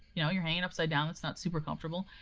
you know you're hanging upside down, that's not super comfortable.